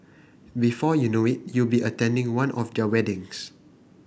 before you know it you'll be attending one of their weddings